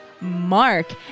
mark